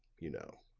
you know,